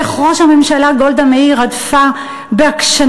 ואיך ראש הממשלה גולדה מאיר הדפה בעקשנות